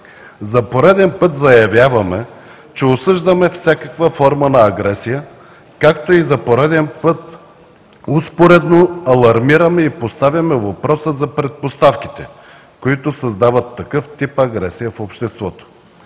За пореден път заявяваме, че осъждаме всякаква форма на агресия, както и за пореден път успоредно алармираме и поставяме въпроса за предпоставките, които създават такъв тип агресия в обществото.